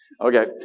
Okay